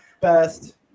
best